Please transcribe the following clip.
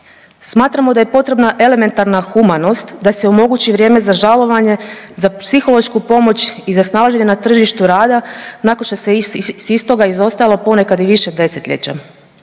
Smatramo da je potrebna elementarna humanost da se omogući vrijeme za žalovanje, za psihološku pomoć i za snalaženje na tržištu rada nakon što se iz istoga izostala ponekad i više 10-ljeća,